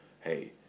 hey